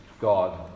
God